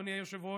אדוני היושב-ראש,